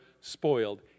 spoiled